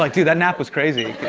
like, dude, that nap was crazy!